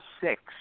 six